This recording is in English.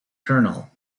colonel